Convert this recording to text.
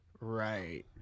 Right